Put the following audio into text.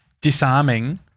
disarming